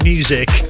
Music